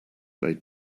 lay